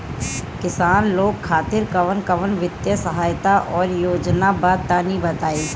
किसान लोग खातिर कवन कवन वित्तीय सहायता और योजना बा तनि बताई?